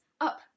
up